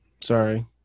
sorry